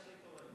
שני כובעים.